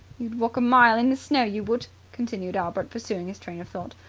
you'd walk a mile in the snow, you would, continued albert pursuing his train of thought,